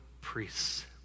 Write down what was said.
priests